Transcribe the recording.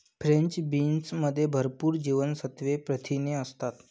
French बीन्समध्ये भरपूर जीवनसत्त्वे, प्रथिने असतात